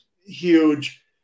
huge